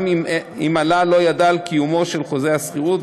גם אם הלה לא ידע על קיומו של חוזה השכירות,